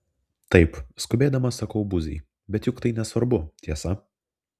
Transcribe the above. taip skubėdamas sakau buziai bet juk tai nesvarbu tiesa